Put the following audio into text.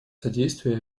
содействие